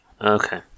Okay